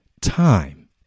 time